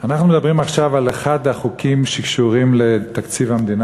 אנחנו מדברים עכשיו על אחד החוקים שקשורים לתקציב המדינה,